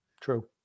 True